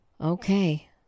Okay